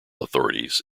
authorities